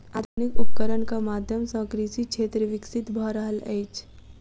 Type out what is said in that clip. आधुनिक उपकरणक माध्यम सॅ कृषि क्षेत्र विकसित भ रहल अछि